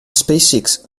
spacex